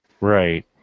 Right